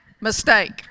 mistake